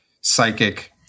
psychic